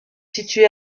situé